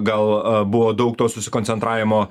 gal buvo daug to susikoncentravimo